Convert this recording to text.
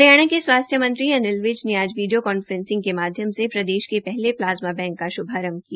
हरियाणा के स्वास्थ्य मंत्री अनिल विज ने आज वीडियो कांफ्रेसिंग के माध्यम से प्रदेश के पहले प्लाज्मा बैंक का श्भारंभ किया